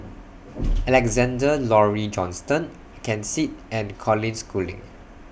Alexander Laurie Johnston Ken Seet and Colin Schooling